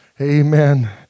Amen